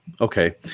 okay